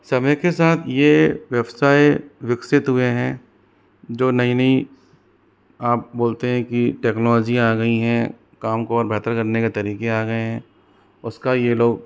समय के साथ ये व्यवसाय विकसित हुए हैं जो नई नई आप बोलते हैं कि टेक्नोलॉजियाँ आ गयीं हैं काम को और बेहतर करने के तारीकें आ गये हैं उसका ये लोग